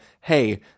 hey